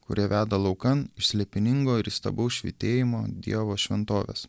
kurie veda laukan iš slėpiningo ir įstabaus švytėjimo dievo šventovės